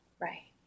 Right